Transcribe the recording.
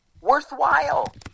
worthwhile